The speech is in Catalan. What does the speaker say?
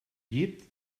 llit